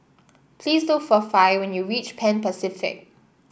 please look for Fae when you reach Pan Pacific